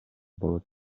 болот